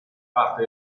parte